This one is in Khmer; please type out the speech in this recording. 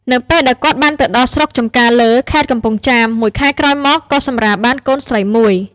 នៅពេលគាត់បានទៅដល់ស្រុកចម្ការលើ ខេត្តកំពង់ចាម មួយខែក្រោយមកក៏សម្រាលបានកូនស្រីមួយ។